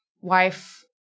wife